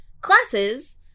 classes